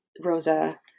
Rosa